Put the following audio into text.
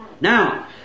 Now